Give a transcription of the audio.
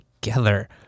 together